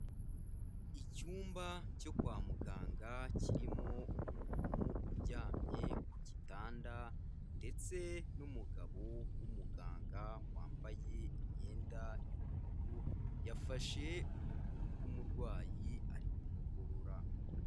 Icyumba cyo kwa muganga kirimo umuntu uryamye ku gitanda ndetse n'umugabo w'umuganga wambaye imyenda y'ubururu, yafashe ukuguru k'umurwayi ari kumugorora.